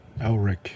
Elric